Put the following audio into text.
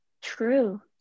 true